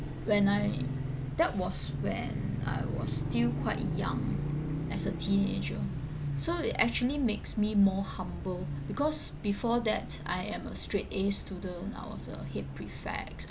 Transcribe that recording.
when I that was when I was still quite young as a teenager so it actually makes me more humble because before that I am a straight A student I was a head prefect